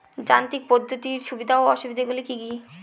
যান্ত্রিক পদ্ধতির সুবিধা ও অসুবিধা গুলি কি কি?